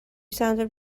sounded